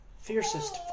fiercest